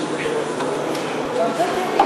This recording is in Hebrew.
גפני,